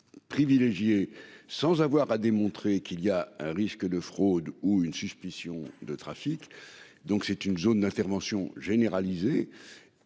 Privilégié sans avoir à démontrer qu'il y a un risque de fraude, ou une suspicion de trafic. Donc c'est une zone d'intervention généralisée,